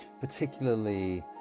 particularly